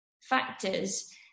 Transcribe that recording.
factors